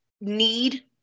need